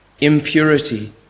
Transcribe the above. Impurity